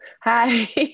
Hi